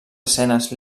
escenes